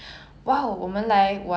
I think so